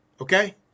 okay